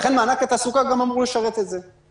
לכן מענק התעסוקה גם אמור לשרת את זה.